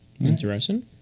Interesting